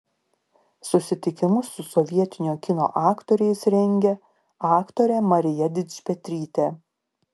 susitikimus su sovietinio kino aktoriais rengė aktorė marija dičpetrytė